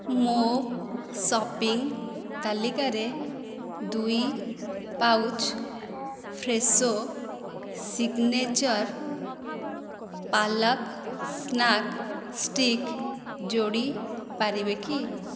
ମୋ' ସପିଂ ତାଲିକାରେ ଦୁଇ pouch Fresho signature palak snack stick ଯୋଡ଼ି ପାରିବେ କି